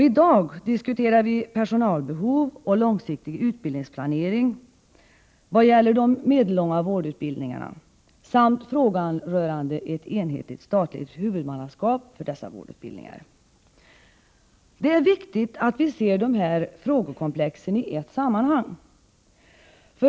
I dag diskuteras bl.a. personalbehov och långsiktig utbildningsplanering när det gäller de medellånga vårdutbildningarna samt frågan rörande ett enhetligt statligt huvudmannaskap för dessa vårdutbildningar. Det är viktigt att vi ser de här frågekomplexen i ett sammanhang.